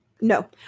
No